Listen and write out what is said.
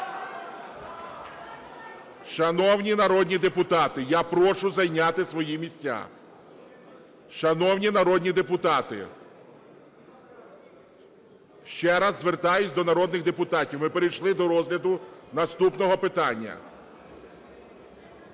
Шановні народні депутати, я прошу зайняти свої місця. Шановні народні депутати! Ще раз звертаюсь до народних депутатів. Ми перейшли до розгляду наступного питання.